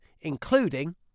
including